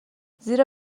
زیرا